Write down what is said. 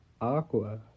aqua